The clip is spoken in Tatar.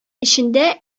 эчендә